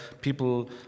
People